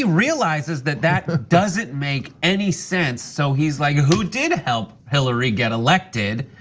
realizes that that doesn't make any sense, so he's like, who did help hillary get elected?